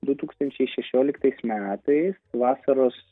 du tūkstančiai šešioliktais metais vasaros